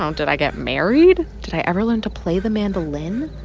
um did i get married? did i ever learn to play the mandolin?